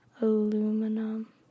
aluminum